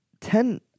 ten